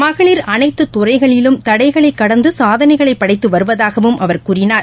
மகளிர் அனைத்து துறைகளிலும் தடைகளை கடந்து சாதனைகளை படைத்து வருவதாகவும் அவர் கூறினார்